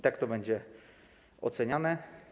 Tak to będzie oceniane.